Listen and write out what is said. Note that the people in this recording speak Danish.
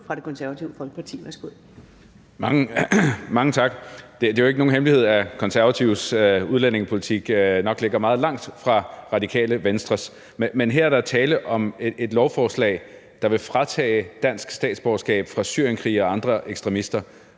fra Det Konservative Folkeparti. Værsgo. Kl. 12:56 Marcus Knuth (KF): Mange tak. Det er jo ikke nogen hemmelighed, at De Konservatives udlændingepolitik nok ligger meget langt fra Radikale Venstres, men her er der tale om et lovforslag, der vil fratage syrienskrigere og andre ekstremister